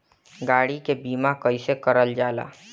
गाड़ी के बीमा कईसे करल जाला?